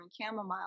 chamomile